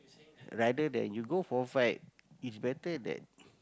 rather than you go for a fight is better that